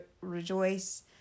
rejoice